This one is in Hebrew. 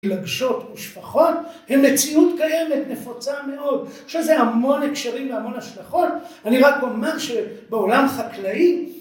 פילגשות או שפחות, הן מציאות קיימת, נפוצה מאוד, יש לזה המון הקשרים והמון השלכות, אני רק אומר שבעולם חקלאי